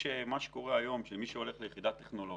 מי שהולך ליחידה טכנולוגית,